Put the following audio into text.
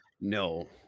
No